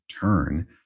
turn